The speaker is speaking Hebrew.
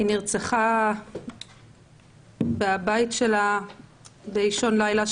היא נרצחה בבית שלה באישון לילה,